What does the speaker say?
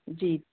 जी